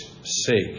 sake